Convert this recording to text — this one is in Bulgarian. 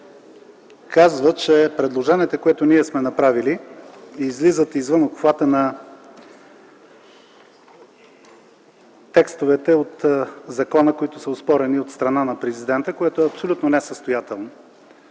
казва, че предложенията, които ние сме направили, излизат извън обхвата на текстовете от закона, оспорени от страна на президента, което е абсолютно несъстоятелно.